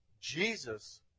Jesus